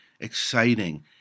exciting